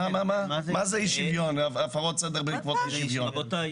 מה זה הפרות סדר בעקבות אי שוויון?